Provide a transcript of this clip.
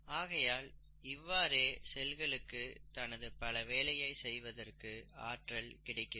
ஆகையால் இவ்வாறே செல்களுக்கு தனது பல வேலையை செய்வதற்கு ஆற்றல் கிடைக்கிறது